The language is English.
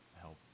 help